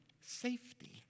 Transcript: safety